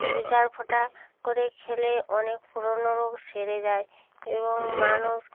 দু চার ফোঁটা করে খেলে অনেক পুরনো রোগ সেরে যায় এবং মানুষ